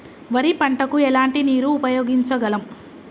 వరి పంట కు ఎలాంటి నీరు ఉపయోగించగలం?